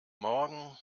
morgen